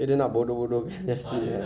jadi dia nak bodoh-bodohkan yasin ah